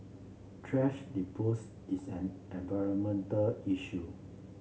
thrash dispose is an environmental issue